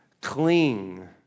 Cling